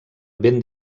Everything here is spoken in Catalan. ben